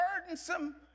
burdensome